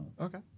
Okay